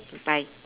goodbye